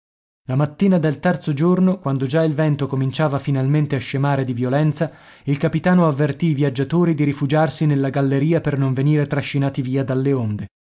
la mattina del terzo giorno quando già il vento cominciava finalmente a scemare di violenza il capitano avvertì i viaggiatori di rifugiarsi nella galleria per non venire trascinati via dalle onde